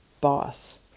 boss